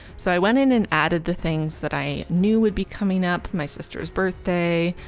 so i went in and added the things that i knew would be coming up. my sister's birthday,